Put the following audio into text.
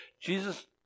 Jesus